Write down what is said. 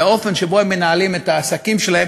והאופן שבו הם מנהלים את העסקים שלהם,